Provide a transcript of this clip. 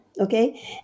Okay